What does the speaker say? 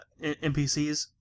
NPCs